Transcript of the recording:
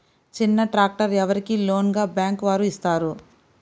చిన్న ట్రాక్టర్ ఎవరికి లోన్గా బ్యాంక్ వారు ఇస్తారు?